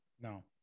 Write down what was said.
No